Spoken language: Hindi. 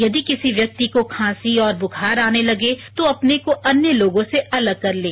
यदि किसी व्यक्ति को खांसी और बुखार आने लगे तो अपने को अन्य लोगों से अलग कर लें